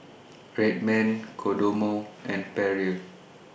Red Man Kodomo and Perrier